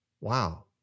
Wow